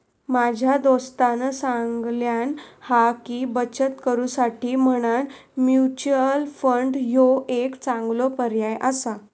माझ्या दोस्तानं सांगल्यान हा की, बचत करुसाठी म्हणान म्युच्युअल फंड ह्यो एक चांगलो पर्याय आसा